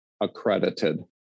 accredited